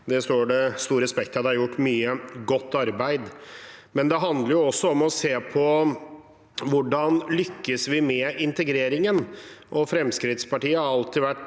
Det står det stor respekt av. Det er gjort mye godt arbeid, men det handler også om å se på hvordan vi lykkes med integreringen. Fremskrittspartiet har alltid vært